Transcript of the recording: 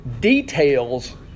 details